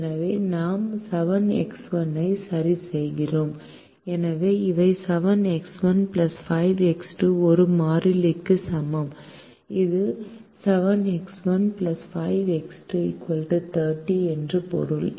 எனவே நாம்7X1 ஐ சரிசெய்கிறோம் எனவே இவை 7X1 5X2 ஒரு மாறிலிக்கு சமம் இது 7X1 5X2 30 என்று பொருள்